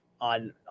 on